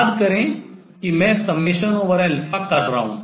याद करें कि मैं कर रहा हूँ